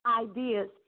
ideas